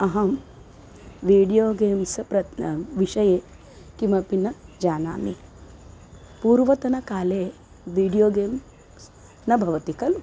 अहं video games प्रत् विषये किमपि न जानामि पूर्वतनकाले वीडियो गेम्स् न भवति खलु